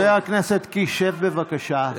חבר הכנסת קיש, שב, בבקשה.